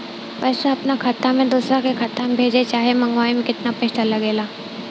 पैसा अपना खाता से दोसरा खाता मे भेजे चाहे मंगवावे में केतना पैसा लागेला?